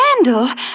scandal